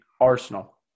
Arsenal